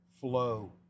flow